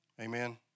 Amen